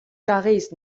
karaez